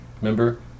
Remember